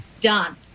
done